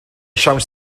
siawns